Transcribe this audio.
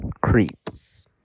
creeps